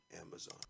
Amazon